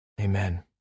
Amen